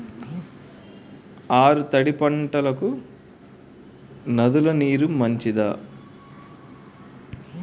ఆరు తడి పంటలకు నదుల నీరు మంచిదా?